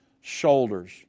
shoulders